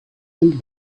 and